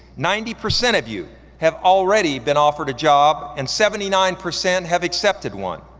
ninety percent of you have already been offered a job and seventy nine percent have accepted one.